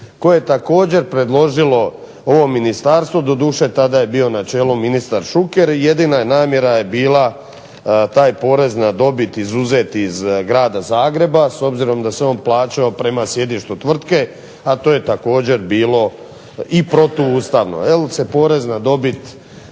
koje je također predložilo ovo ministarstvo, doduše tada je bio na čelu ministar Šuker, jedina namjera je bila taj porez na dobit izuzeti iz grada Zagreba, s obzirom da se on plaćao prema sjedištu tvrtku, a to je također bilo i protuustavno,